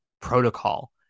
protocol